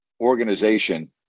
organization